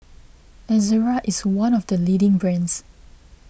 Ezerra is one of the leading brands